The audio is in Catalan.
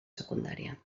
secundària